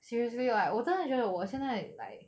seriously like 我真的觉得我现在 like